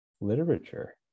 literature